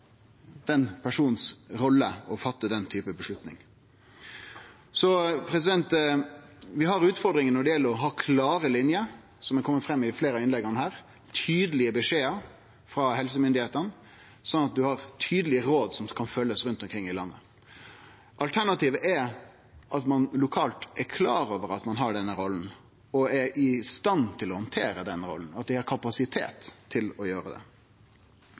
den personen si rolle å ta den typen avgjerd. Vi har utfordringar når det gjeld å ha klare linjer, noko som har kome fram i fleire av innlegga her – tydelege beskjedar frå helsemyndigheitene, slik at ein har tydelege råd som ein kan følgje rundt omkring i landet. Alternativet er at ein lokalt er klar over at ein har denne rolla, at ein er i stand til å handtere rolla, og at det er kapasitet til å gjere det.